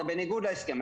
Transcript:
זה בניגוד להסכם.